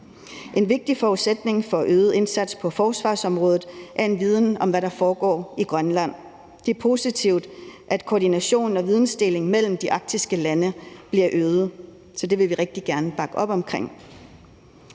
En vigtig forudsætning for en øget indsats på forsvarsområdet er en viden om, hvad der foregår i Grønland. Det er positivt, at koordinationen og videndelingen mellem de arktiske lande bliver øget. Så det vil vi rigtig gerne bakke op omkring.